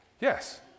Yes